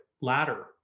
ladder